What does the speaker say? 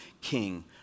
king